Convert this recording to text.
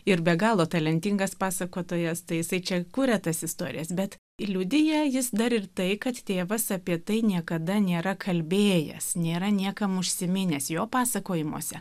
ir be galo talentingas pasakotojas tai jisai čia kuria tas istorijas bet ir liudija jis dar ir tai kad tėvas apie tai niekada nėra kalbėjęs nėra niekam užsiminęs jo pasakojimuose